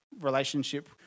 relationship